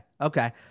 Okay